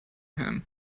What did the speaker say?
him